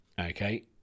Okay